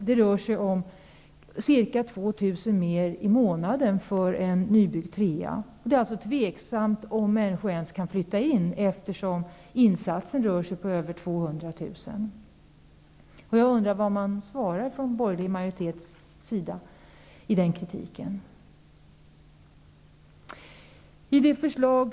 Det rör sig om ca 2 000 kr. mer i månaden för en nybyggd trea. Det är alltså tveksamt om några människor ens kan flytta in, eftersom insatsen är på över 200 000 kr. Jag undrar hur den borgerliga majoriteten bemöter den kritiken.